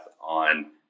on